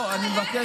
לא עצרת